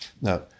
Now